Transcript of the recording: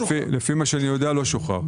לפי מה שאני יודע לא שוחרר.